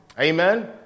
Amen